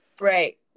right